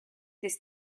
this